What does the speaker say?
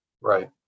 Right